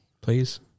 Please